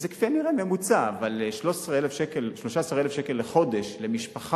זה כפי הנראה ממוצע, אבל 13,000 שקל לחודש למשפחה,